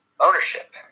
Ownership